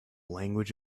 language